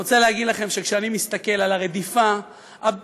אני רוצה להגיד לכם שכשאני מסתכל על הרדיפה הבלתי-מתפשרת,